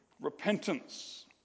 repentance